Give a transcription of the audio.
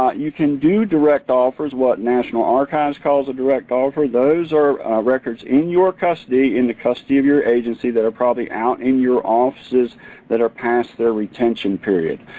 you can do direct offers, what national archives calls direct offers. those are records in your custody, in the custody of your agency that are probably out in your offices that are past their retention period.